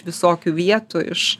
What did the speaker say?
visokių vietų iš